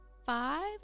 five